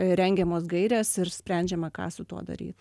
rengiamos gairės ir sprendžiama ką su tuo daryt